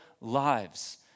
lives